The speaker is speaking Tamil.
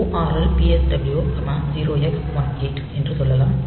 ORL PSW 0x18 என்று சொல்லலாம்